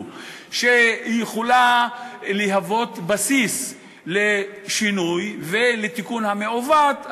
שיכולה להוות בסיס לשינוי ולתיקון המעוות,